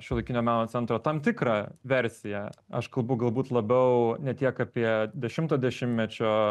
šiuolaikinio meno centro tam tikrą versiją aš kalbu galbūt labiau ne tiek apie dešimto dešimtmečio